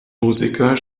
musiker